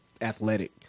athletic